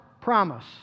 promise